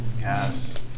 Yes